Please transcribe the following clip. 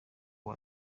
ubu